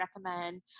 recommend